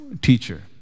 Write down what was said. teacher